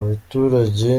abaturage